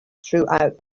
throughout